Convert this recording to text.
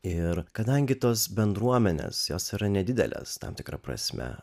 ir kadangi tos bendruomenės jos yra nedidelės tam tikra prasme